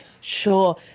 Sure